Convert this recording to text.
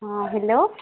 ହଁ ହେଲୋ